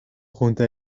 groente